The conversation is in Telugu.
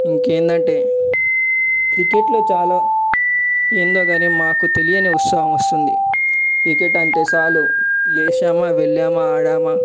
ఇంకేంటి అంటే క్రికెట్లో చాలా ఏందో కాని మాకు తెలియని ఉత్సహం వస్తుంది క్రికెట్ అంటే చాలు లేచామా వెళ్ళామా ఆడమా